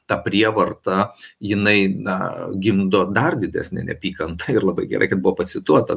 ta prievarta jinai na gimdo dar didesnę neapykantą ir labai gerai kad buvo pacituota